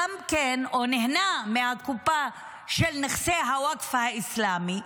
או נהנה מהקופה של נכסי הווקף האסלאמי,